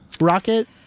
rocket